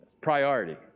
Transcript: Priority